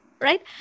right